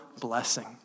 blessing